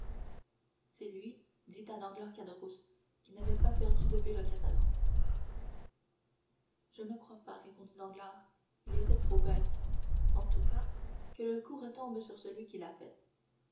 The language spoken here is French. c'est lui dit à danglars caderousse qui n'avait pas perdu de vue le catalan je ne crois pas répondit danglars il était trop bête en tout cas que le coup retombe sur celui qui l'a fait